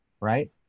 right